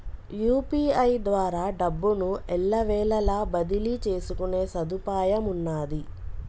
UPI ద్వారా డబ్బును ఎల్లవేళలా బదిలీ చేసుకునే సదుపాయమున్నాది